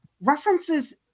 References